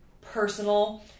personal